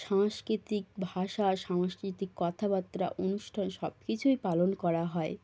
সাংস্কৃতিক ভাষা সাংস্কৃতিক কথাবার্তা অনুষ্ঠান সবকিছুই পালন করা হয়